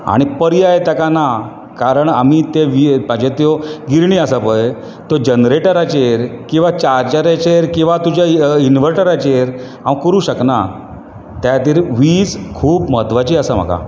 आनी पर्याय ताका ना कारण आमी ते वीयपाचे त्यो गिरणी आसा पय त्यो जॅनरेटराचेर किंवा चार्ज्जराचेर किंवा तुज्या इनवर्टराचेर हांव करूंक शकना त्यातीर वीज खूब म्हत्वाची आसा म्हाका